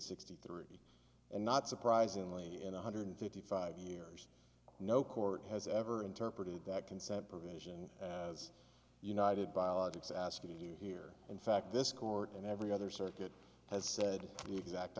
sixty three and not surprisingly in one hundred fifty five years no court has ever interpreted that consent provision as united biologics asked you here in fact this court and every other circuit has said the exact